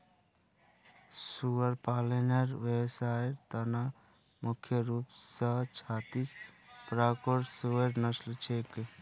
सुअर पालनेर व्यवसायर त न मुख्य रूप स छत्तीस प्रकारेर सुअरेर नस्ल छेक